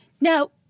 no